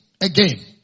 Again